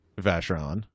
Vacheron